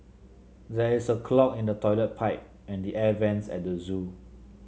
there is a clog in the toilet pipe and the air vents at the zoo